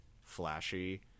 flashy